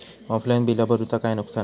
Offline बिला भरूचा काय नुकसान आसा?